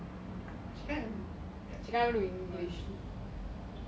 ya but she can't do singlish